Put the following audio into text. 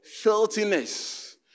Filthiness